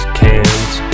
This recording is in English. cans